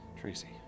Tracy